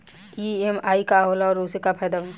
EMI का होला और ओसे का फायदा बा?